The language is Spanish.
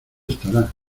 estará